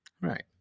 Right